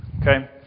Okay